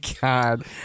God